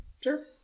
Sure